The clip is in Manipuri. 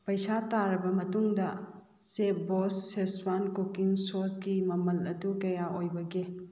ꯄꯩꯁꯥ ꯇꯥꯔꯕ ꯃꯇꯨꯡꯗ ꯆꯦꯞꯕꯣꯁ ꯁꯦꯁꯋꯥꯟ ꯀꯨꯀꯤꯡ ꯁꯣꯁꯀꯤ ꯃꯃꯜ ꯑꯗꯨ ꯀꯌꯥ ꯑꯣꯏꯕꯒꯦ